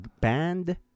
Band